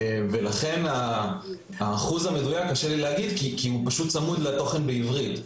ולכן את האחוז המדויק קשה לי להגיד כי הוא פשוט צמוד לתוכן בעברית.